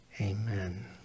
amen